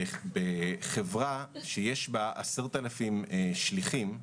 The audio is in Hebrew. בחברה שיש בה 10,000 שליחים,